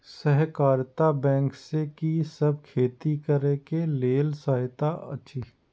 सहकारिता बैंक से कि सब खेती करे के लेल सहायता अछि?